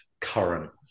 current